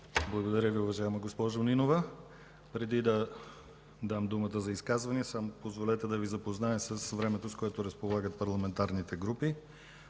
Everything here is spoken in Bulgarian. Благодаря Ви, уважаема госпожо Нинова. Преди да дам думата за изказване, позволете да Ви запозная с времето, с което разполагат парламентарните групи: